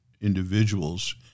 individuals